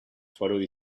followed